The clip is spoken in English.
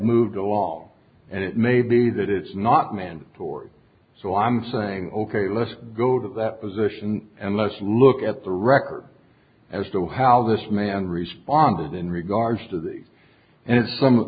moved all and it may be that it's not mandatory so i'm saying ok let's go to that position and let's look at the record as to how this man responded in regards to the and in some